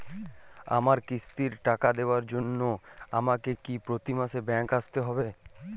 আমার কিস্তির টাকা দেওয়ার জন্য আমাকে কি প্রতি মাসে ব্যাংক আসতে হব?